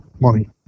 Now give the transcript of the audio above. money